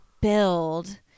build